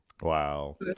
wow